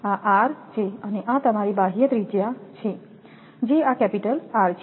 આ r છે અને આ તમારી બાહ્ય ત્રિજ્યા છે જે આ કેપિટલ R છે